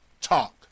Talk